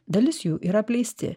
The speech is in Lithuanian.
dalis jų yra apleisti